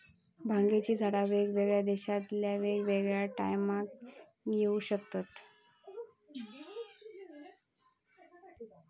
भांगेची झाडा वेगवेगळ्या देशांतल्यानी वेगवेगळ्या टायमाक येऊ शकतत